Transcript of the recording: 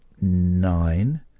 nine